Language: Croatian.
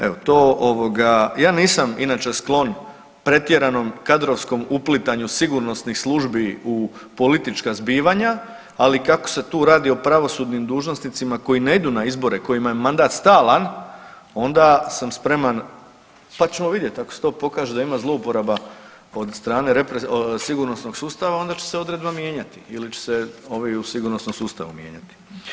Evo to, ovoga ja nisam inače sklon pretjeranom kadrovskom uplitanju sigurnosnih službi u politička zbivanja, ali kako se tu radi o pravosudnim dužnosnicima koji ne idu na izbore, kojima je mandat stalan onda sam spreman, pa ćemo vidjet ako se to pokaže da ima zlouporaba od strane sigurnosnog sustava onda će se odredba mijenjati ili će se ovi u sigurnosnom sustavu mijenjati.